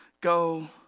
go